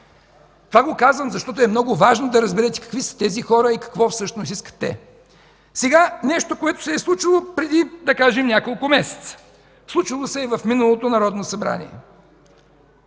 Това го казвам, защото е много важно да разберете какви са тези хора и какво всъщност искат те. Сега нещо, което се е случило преди няколко месеца в миналото Народно събрание